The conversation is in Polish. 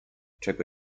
czego